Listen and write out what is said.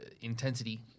intensity